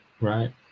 right